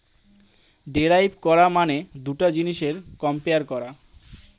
derive করা মানে দুটা জিনিসের কম্পেয়ার করা